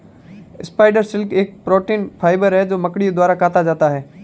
spider silk एक protein fibre है जो मकड़ियों द्वारा काता जाता है